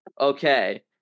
Okay